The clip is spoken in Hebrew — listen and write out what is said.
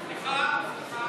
סליחה, סליחה,